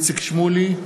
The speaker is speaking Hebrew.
שמולי,